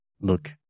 look